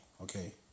okay